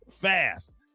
fast